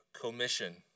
commission